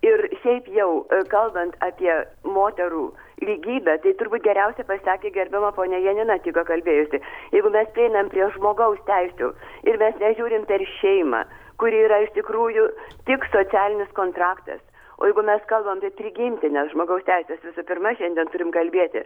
ir šiaip jau kalbant apie moterų lygybę tai turbūt geriausiai pasisakė gerbiama ponia janina tik ką kalbėjusi jeigu mes prieinam prie žmogaus teisių ir mes nežiūrim per šeimą kuri yra iš tikrųjų tik socialinis kontraktas o jeigu mes kalbam apie prigimtines žmogaus teises visų pirma šiandien turim kalbėti